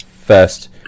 first